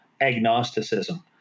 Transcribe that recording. agnosticism